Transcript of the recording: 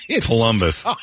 columbus